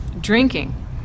drinking